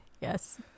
Yes